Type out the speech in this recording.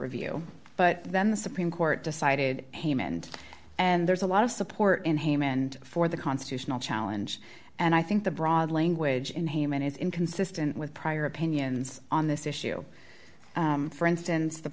review but then the supreme court decided hammond and there's a lot of support in hammond for the constitutional challenge and i think the broad language in a man is inconsistent with prior opinions on this issue for instance the